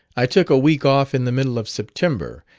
i took a week off in the middle of september,